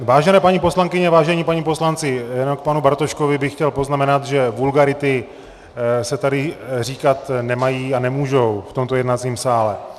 Vážené paní poslankyně, vážení páni poslanci, jenom k panu Bartoškovi bych chtěl poznamenat, že vulgarity se tady říkat nemají a nemůžou v tomto jednacím sále.